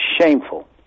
shameful